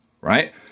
right